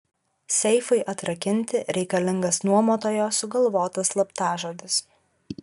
seifui atrakinti reikalingas nuomotojo sugalvotas slaptažodis